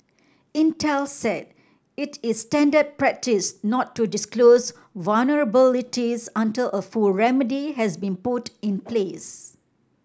Intel said it is standard practice not to disclose vulnerabilities until a full remedy has been put in place